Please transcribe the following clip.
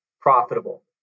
profitable